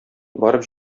барып